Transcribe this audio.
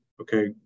okay